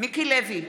מיקי לוי,